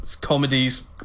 comedies